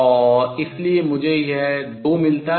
और इसलिए मुझे यह 2 मिलता है